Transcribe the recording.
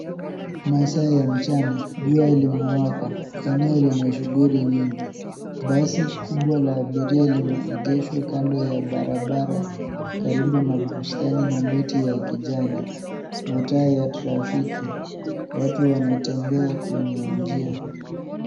Masaa ya mchana, jua limewaka. Eneo lina shughuli nyingi. Basi kubwa la abiria limeegeshwa kando ya barabara karibu na bustani na miti ya kijani . Mataa ya trafiki. Watu wanatembea kwenye njia.